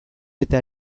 eta